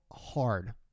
hard